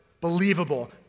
believable